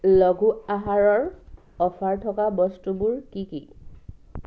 লঘু আহাৰৰ অফাৰ থকা বস্তুবোৰ কি কি